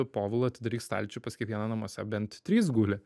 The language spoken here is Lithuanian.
povilo atidaryk stalčių pas kiekvieną namuose bent trys guli